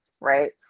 right